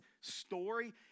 story